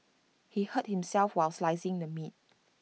he hurt himself while slicing the meat